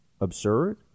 absurd